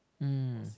erm